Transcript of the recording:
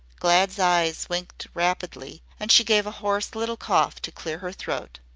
glad's eyes winked rapidly and she gave a hoarse little cough to clear her throat.